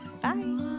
bye